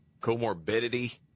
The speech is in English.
comorbidity